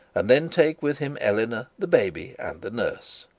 and then take with him eleanor, the baby, and the nurse.